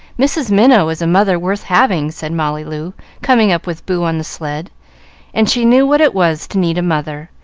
mrs. minot is a mother worth having, said molly loo, coming up with boo on the sled and she knew what it was to need a mother,